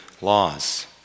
laws